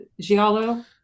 Giallo